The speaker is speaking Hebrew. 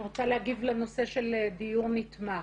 אני רוצה להגיב לנושא של דיור נתמך.